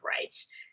rights